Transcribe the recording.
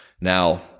Now